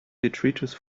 detritus